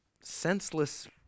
senseless